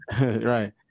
Right